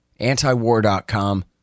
antiwar.com